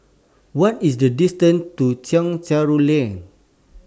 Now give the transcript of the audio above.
What IS The distance to Chencharu Lane